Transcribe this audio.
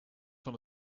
van